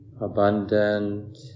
abundant